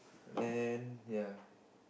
and then yeah